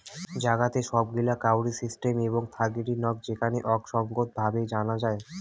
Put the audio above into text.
জাগাতের সব গিলা কাউরি সিস্টেম এবং থারিগী নক যেখানে আক সঙ্গত ভাবে জানা যাই